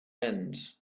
ends